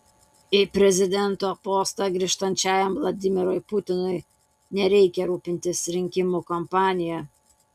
į prezidento postą grįžtančiam vladimirui putinui nereikia rūpintis rinkimų kampanija